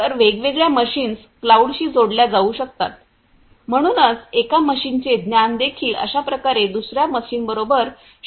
तर वेगवेगळ्या मशीन्स क्लाऊडशी जोडल्या जाऊ शकतात म्हणूनच एका मशीनचे ज्ञान देखील अशा प्रकारे दुसर्या मशीनबरोबर शेअर केले जाऊ शकते